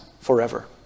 Forever